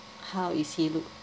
how is he look